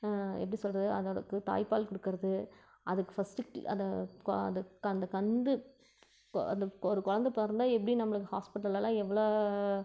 எப்படி சொல்கிறது அதை அதற்கு தாய்ப்பால் கொடுக்கறது அதுக்கு ஃபர்ஸ்ட்டு அதை கோ அதுக்கு அந்த கன்று கோ அந்த ஒரு குழந்த பிறந்தா எப்படி நம்மளுக்கு ஹாஸ்பிடல்லலாம் எவ்வளோ